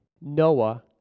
Noah